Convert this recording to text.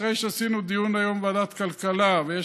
אחרי שעשינו דיון היום בוועדת הכלכלה ויש